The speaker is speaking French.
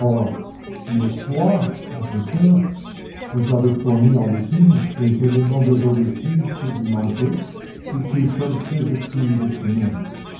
à dix heures vous avez fourni à lupin les éléments de vérité qui lui manquaient et qu'il cherchait depuis des semaines